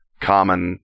common